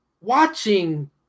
watching